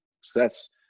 success